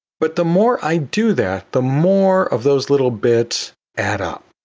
but the more i do that, the more of those little bits add up.